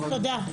תודה.